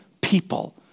people